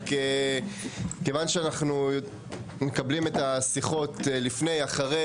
כיוון שאנחנו מקבלים את השיחות לפני אחרי,